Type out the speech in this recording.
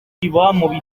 njyiye